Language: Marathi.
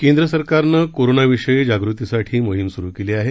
केंद्र सरकारनं कोरोनाविषयी जागृतीसाठी मोहीम सुरु केली आहे